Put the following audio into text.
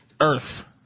earth